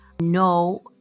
No